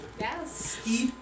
yes